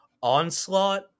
Onslaught